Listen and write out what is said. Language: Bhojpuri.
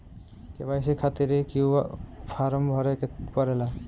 के.वाइ.सी खातिर क्यूं फर्म भरे के पड़ेला?